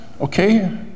okay